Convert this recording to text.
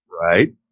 Right